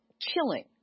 chilling